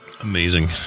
Amazing